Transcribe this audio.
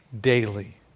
Daily